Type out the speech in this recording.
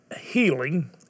healing